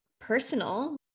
personal